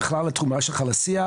ובכלל על התרומה שלך לשיח.